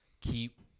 keep